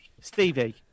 Stevie